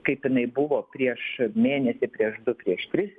kaip jinai buvo prieš mėnesį prieš du prieš tris